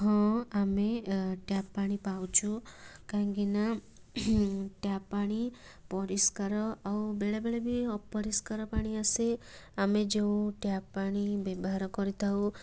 ହଁ ଆମେ ଟ୍ୟାପ ପାଣି ପାଉଛୁ କାହିଁକିନା ଟ୍ୟାପ ପାଣି ପରିଷ୍କାର ଆଉ ବେଳେବେଳେ ବି ଅପରିଷ୍କାର ପାଣି ଆସେ ଆମେ ଯେଉଁ ଟ୍ୟାପ ପାଣି ବ୍ୟବହାର କରିଥାଉ